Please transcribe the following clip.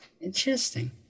Interesting